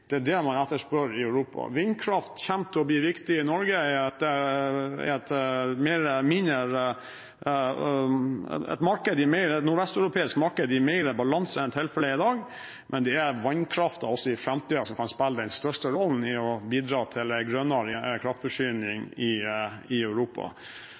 man etterspør i Europa. Vindkraft kommer til å bli viktig i Norge i et nordvesteuropeisk marked i mer balanse enn tilfellet er i dag, men det er vannkraften som også i framtiden kan spille den største rollen i å bidra til en grønnere kraftforsyning i Europa.